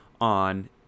on